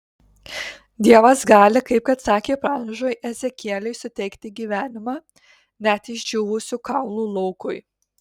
dievas gali kaip kad sakė pranašui ezekieliui suteikti gyvenimą net išdžiūvusių kaulų laukui